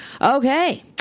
Okay